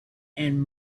and